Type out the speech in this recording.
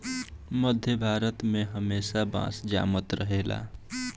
मध्य भारत में बांस हमेशा जामत रहेला